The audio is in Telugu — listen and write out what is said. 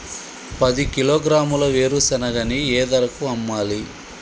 పది కిలోగ్రాముల వేరుశనగని ఏ ధరకు అమ్మాలి?